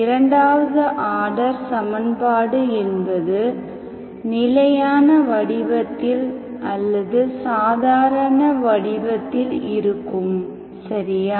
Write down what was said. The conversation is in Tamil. இரண்டாவது ஆர்டர் சமன்பாடு என்பது நிலையான வடிவத்தில் அல்லது சாதாரண வடிவத்தில் இருக்கும் சரியா